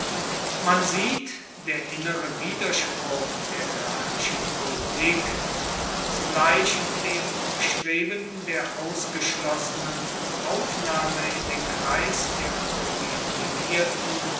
man sieht der innere widerspruch der gracchischen politik zugleich dem bestreben der ausgeschlossenen um aufnahme in den kreis der privilegierten